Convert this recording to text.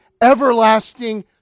everlasting